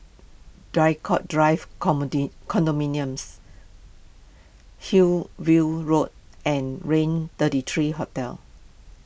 Draycott Drive comedy Condominiums Hillview Road and Raintr thirty three Hotel